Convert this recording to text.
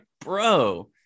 bro